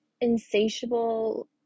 insatiable